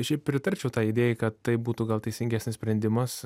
šiaip pritarčiau tai idėjai kad tai būtų gal teisingesnis sprendimas